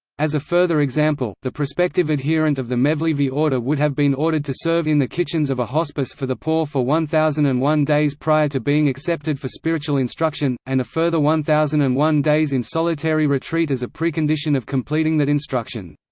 as a further example, the prospective adherent of the mevlevi order would have been ordered to serve in the kitchens of a hospice for the poor for one thousand and one days prior to being accepted for spiritual instruction, and a further one thousand and one days in solitary retreat as a precondition of completing that instruction.